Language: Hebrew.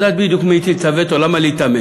אבל את יודעת בדיוק מי הטיל את הווטו, למה להיתמם?